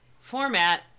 format